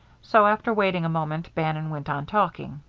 so, after waiting a moment, bannon went on talking.